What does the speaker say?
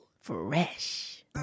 Fresh